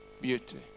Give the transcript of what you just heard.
beauty